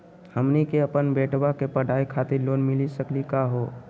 हमनी के अपन बेटवा के पढाई खातीर लोन मिली सकली का हो?